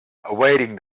awaiting